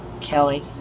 Kelly